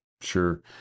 Sure